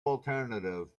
alternative